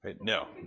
No